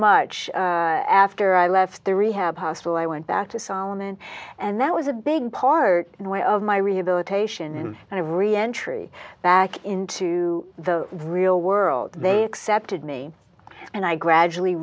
much after i left the rehab hospital i went back to solomon and that was a big part of my rehabilitation and reentry back into the real world they accepted me and i gradually